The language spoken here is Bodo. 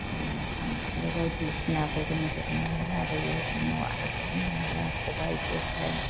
साम' खांख्राइ बायदिसिनाखौ जों गुरनानै लाबोयो जोंनाव आइजें आइला खबाइ जेखाइ